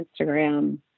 Instagram